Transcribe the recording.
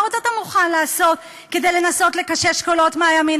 מה עוד אתה מוכן לעשות כדי לנסות לקושש קולות מהימין?